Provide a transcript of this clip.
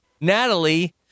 Natalie